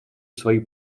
свои